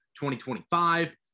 2025